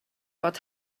fod